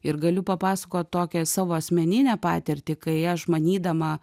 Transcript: ir galiu papasakot tokią savo asmeninę patirtį kai aš manydama